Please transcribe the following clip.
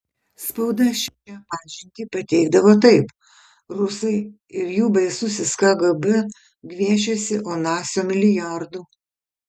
spauda šią pažintį pateikdavo taip rusai ir jų baisusis kgb gviešiasi onasio milijardų